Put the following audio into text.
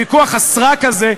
ויכוח הסרק הזה,